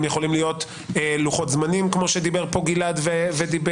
הם יכולים להיות לוחות-זמנים כמו שדיבר פה גלעד והציע,